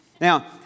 Now